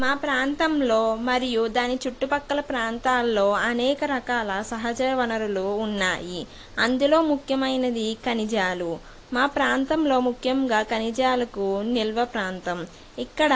మా ప్రాంతంలో మరియు దాని చుట్టుపక్కల ప్రాంతాల్లో అనేక రకాల సహజ వనరులు ఉన్నాయి అందులో ముఖ్యమైనది ఖనిజాలు మా ప్రాంతంలో ముఖ్యంగా ఖనిజాలకు నిల్వ ప్రాంతం ఇక్కడ